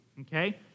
okay